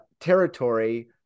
territory